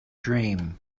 dream